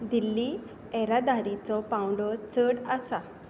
दिल्लीं येरादारीचो पांवडो चड आसा